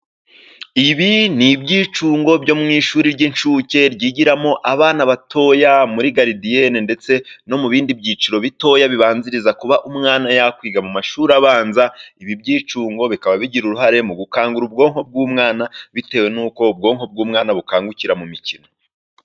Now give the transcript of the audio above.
Ibi ni ibyicungo byo mu ishuri ry'incuke, ryigiramo abana batoya muri garidiyene ndetse no mu bindi byiciro bitoya, bibanziriza kuba umwana yakwiga mu mashuri abanza. Ibi byicungo bikaba bigira uruhare mu gukangura ubwonko bw'umwana, bitewe n'uko ubwonko bw'umwana bukangukira mu mikino.